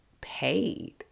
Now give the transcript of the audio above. paid